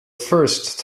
first